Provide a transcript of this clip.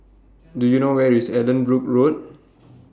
Do YOU know Where IS Allanbrooke Road